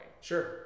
Sure